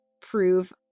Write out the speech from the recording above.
prove